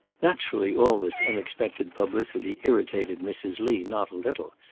naturally all this unexpected publicity irritated mrs. lee not a little,